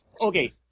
Okay